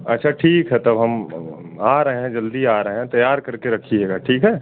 अच्छा ठीक है तब हम आ रहे हैं जल्दी आ रहें हैं तैयार करके रखना ठीक है